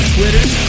Twitter